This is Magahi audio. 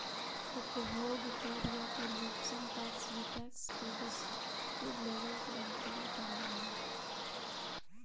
उपभोग कर या कंजप्शन टैक्स भी टैक्स के डिस्क्रिप्टिव लेबल के अंतर्गत आवऽ हई